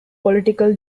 political